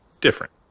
different